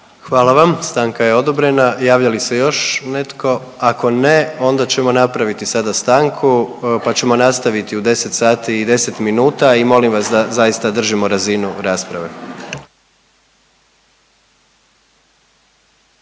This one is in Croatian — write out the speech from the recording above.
Hvala vam, stanka je odobrena. Javlja li se još netko? Ako ne onda ćemo napraviti sada stanku pa ćemo nastaviti u 10 sati i 10 min. i molim vas da zaista držimo razinu rasprave.